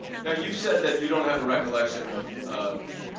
yeah you said that you don't have a recollection of of